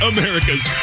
America's